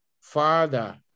Father